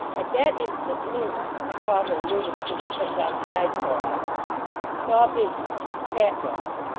at that instant luna i call her luna because she comes on tied so often saw bismarck, the cat-dog.